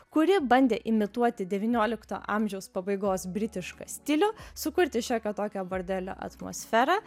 kuri bandė imituoti devyniolikto amžiaus pabaigos britišką stilių sukurti šiokio tokio bordelio atmosferą